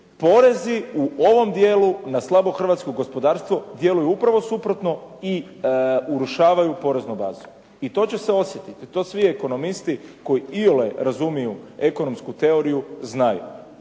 porezi u ovom dijelu na slabo hrvatsko gospodarstvo djeluju upravo suprotno i urušavaju poreznu bazu. I to će se osjetiti. To svi ekonomisti koji iole razumiju ekonomsku teoriju znaju.